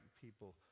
people